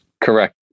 Correct